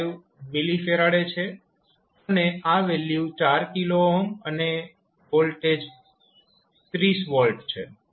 5 mF છે અને આ વેલ્યુ 4 k અને વોલ્ટેજ 30 V છે